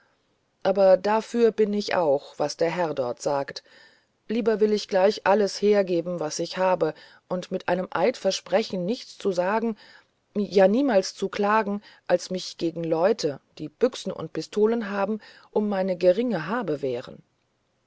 aber dafür bin ich auch was der herr dort sagt lieber will ich gleich alles hergeben was ich habe und mit einem eid versprechen nichts zu sagen ja niemals zu klagen als mich gegen leute die büchsen und pistolen haben um meine geringe habe wehren